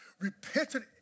repented